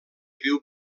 viu